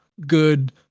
good